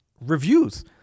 Reviews